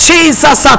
Jesus